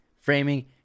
framing